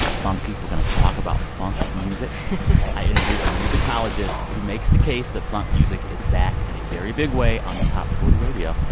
funky. we're going to talk about funk music i interviewed a musicologist who makes the case that funk music is back in a very big way on top forty radio.